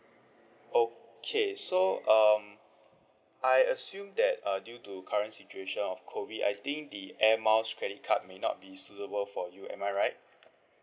okay so um I assume that uh due to current situation of COVID I think the air miles credit card may not be suitable for you am I right